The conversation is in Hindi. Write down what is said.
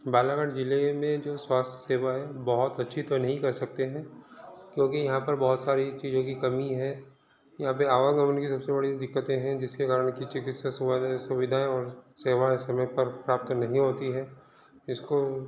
बालाघाट जिले में जो स्वास्थ्य सेवा है बहुत अच्छी तो नहीं कह सकते हैं क्योंकि यहाँ पर बहुत सारी चीज़ों की कमी है यहाँ पे आवागवन की सबसे बड़ी दिक्कतें हैं जिसके कारण कि चिकित्सा सुविधाएँ और सेवाएँ समय पर प्राप्त नहीं होती हैं इसको